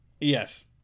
yes